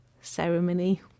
ceremony